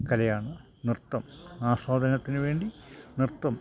കലയാണ് നൃത്തം ആസ്വാദനത്തിന് വേണ്ടി നൃത്തം